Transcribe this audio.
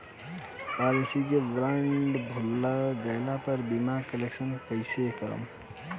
Policy के bond भुला गैला पर बीमा क्लेम कईसे करम?